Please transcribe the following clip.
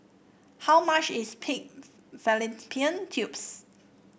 how much is Pigs Fallopian Tubes